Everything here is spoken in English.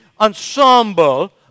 ensemble